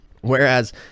Whereas